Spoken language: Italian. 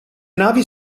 navi